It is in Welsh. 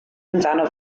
amdano